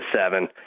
seven